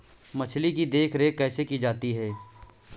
मछली की देखरेख कैसे की जाती है?